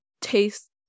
taste